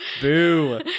Boo